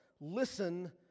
Listen